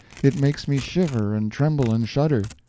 it makes me shiver and tremble and shudder.